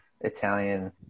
Italian